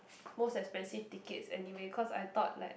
most expensive tickets anyways cause I thought like